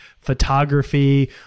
photography